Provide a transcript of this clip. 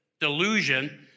delusion